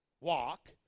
Walk